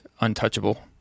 untouchable